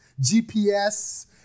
GPS